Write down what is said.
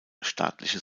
staatliche